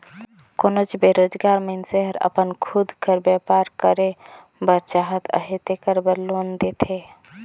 कोनोच बेरोजगार मइनसे हर अपन खुद कर बयपार करे बर चाहत अहे तेकर बर लोन देथे